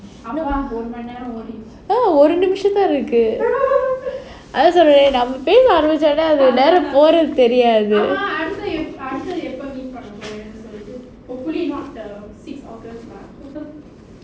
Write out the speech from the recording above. அப்பா ஒரு மணி நேரம் ஓடிடுச்சு:appa oru mani neram odiduchu ah ஒரு நிமிஷம் தான் இருக்கு அதான் சொன்னேனே நாம பேச ஆரம்பிச்சாலே அது நேரம் போறது தெரியாது:oru nimisham than iruku athan sonnenae naama pesa aarambichalae athu neram porathu theriyathu